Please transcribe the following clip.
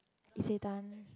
Isetan